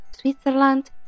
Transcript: Switzerland